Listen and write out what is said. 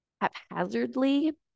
haphazardly